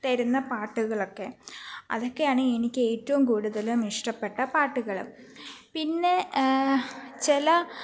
തരുന്ന പാട്ടുകളൊക്കെ അതൊക്കെയാണ് എനിക്ക് ഏറ്റവും കൂടുതലും ഇഷ്ടപ്പെട്ട പാട്ടുകൾ പിന്നെ ചില